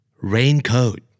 Raincoat